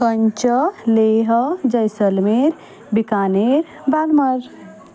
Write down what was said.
कंच लेह जैसलमेर बिकानेर बागमार